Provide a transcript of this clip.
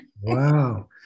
Wow